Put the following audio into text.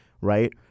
Right